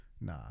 nah